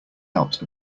out